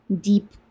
deep